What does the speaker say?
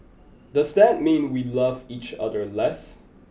does that mean we love each other less